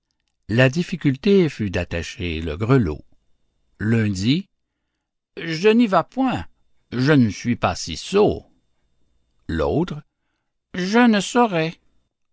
la difficulté fut d'attacher le grelot l'un dit je n'y vas point je ne suis pas si sot l'autre je ne saurais